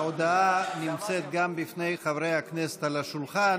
ההודעה נמצאת גם בפני חברי הכנסת על השולחן.